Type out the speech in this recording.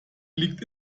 liegt